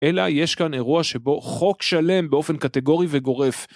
אלא יש כאן אירוע שבו חוק שלם באופן קטגורי וגורף.